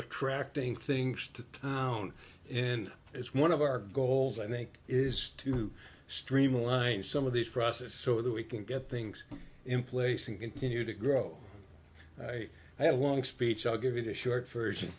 attracting things to own and it's one of our goals i think is to streamline some of this process so that we can get things in place and continue to grow i have a long speech i'll give you the short version